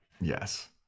Yes